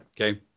Okay